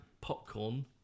popcorn